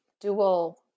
dual